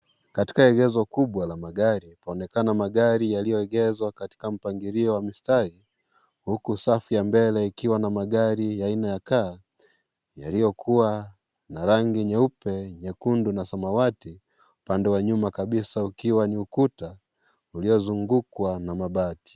Katika egezo kubwa la magari , paonekana magari yaliyoegezwa kwa mstari, huku safu ya mbele ikiwa na magari aina ya car yaliyokuwa na rangi nyekundu, nyeupe na samawati, upande wa nyuma kabisa ukiwa ni ukuta uliozungukwa na mabati.